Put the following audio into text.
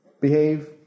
behave